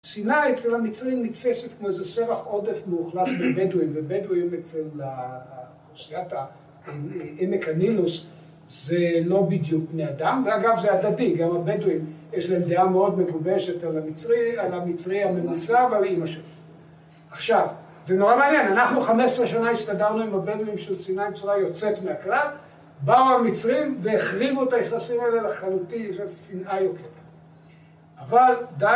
‫סיני אצל המצרים נתפסת ‫כמו איזה סרח עודף מאוכלס בבדואים, ‫ובדואים אצל אוכלוסיית העמק הנילוס ‫זה לא בדיוק בני אדם, ‫ואגב, זה הדדי, גם הבדואים, ‫יש להם דעה מאוד מגובשת ‫על המצרי, המצרי המנוצר ועל אימא שלו. ‫עכשיו, זה נורא מעניין, ‫אנחנו 15 שנה הסתדרנו עם הבדואים ‫של סיני בצורה יוצאת מן הכלל, ‫באו המצרים והחריבו את היחסים האלה ‫לחלוטין, של שנאה יוקדת. ‫אבל די...